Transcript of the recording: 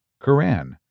Quran